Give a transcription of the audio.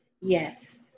Yes